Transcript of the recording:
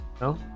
No